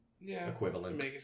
equivalent